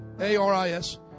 A-R-I-S